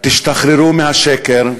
תשתחררו מהשקר.